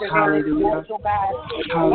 Hallelujah